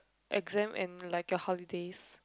exam and like a holidays